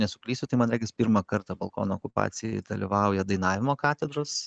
nesuklysiu tai man regis pirmą kartą balkono okupacijoj dalyvauja dainavimo katedros